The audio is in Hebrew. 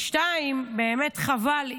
שנית, באמת חבל,